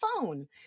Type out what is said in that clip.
phone